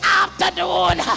afternoon